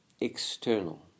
external